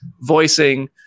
voicing